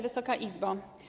Wysoka Izbo!